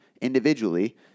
individually